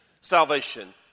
salvation